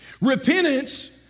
Repentance